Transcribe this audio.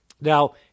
Now